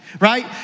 right